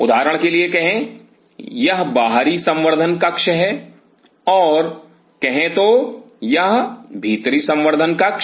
उदाहरण के लिए कहे यह बाहरी संवर्धन कक्ष है और कहे तो यह भीतरी संवर्धन कक्ष